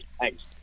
thanks